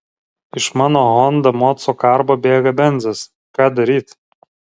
iš mano honda moco karbo bėga benzas ką daryt